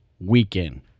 weekend